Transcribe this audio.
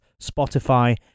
Spotify